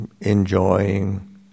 enjoying